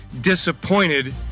disappointed